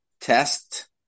test